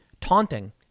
taunting